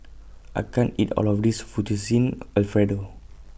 I can't eat All of This Fettuccine Alfredo